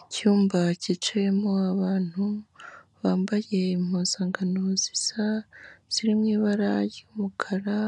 Icyumba cyicayemo abantu, bambaye impuzangano zisa, ziri mu ibara ry'umukara,